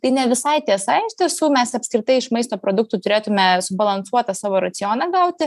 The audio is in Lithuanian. tai ne visai tiesa iš tiesų mes apskritai iš maisto produktų turėtume subalansuotą savo racioną gauti